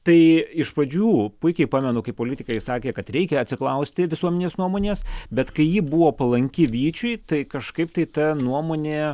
tai iš pradžių puikiai pamenu kai politikai sakė kad reikia atsiklausti visuomenės nuomonės bet kai ji buvo palanki vyčiui tai kažkaip tai ta nuomonė